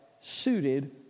suited